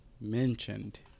mentioned